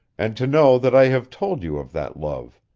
and to know that i have told you of that love.